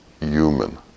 human